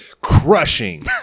Crushing